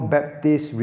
Baptist